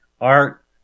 Art